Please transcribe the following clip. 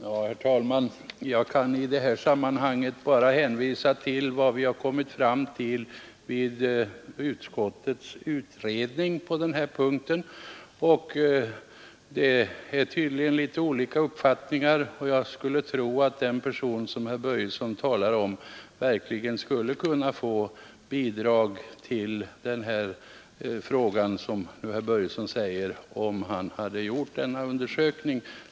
Herr talman! Jag kan i det här sammanhanget bara hänvisa till vad vi kommit fram till vid utskottets utredning på denna punkt. Det rör sig tydligen om litet olika uppfattningar. Jag skulle tro att den person som herr Börjesson talar om verkligen skulle kunnat få bidrag om han hade gjort en ansökan.